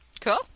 Cool